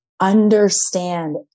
understand